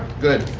good.